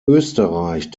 österreich